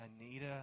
Anita